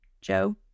Joe